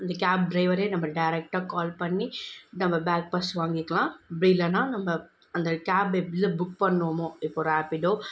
அந்த கேப் ட்ரைவரே நம்ம டேரெக்டாக கால் பண்ணி நம்ம பேக் பர்ஸ் வாங்கிக்கலாம் அப்படி இல்லைன்னா நம்ம அந்த கேபை எப்படிலாம் புக் பண்ணமோ இப்போ ரேப்பிடோ